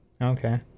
okay